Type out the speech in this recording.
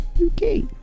Okay